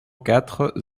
quatre